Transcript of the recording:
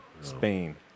Spain